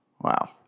Wow